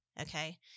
okay